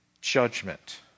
judgment